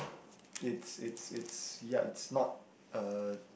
it's it's it's ya it's not uh